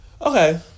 okay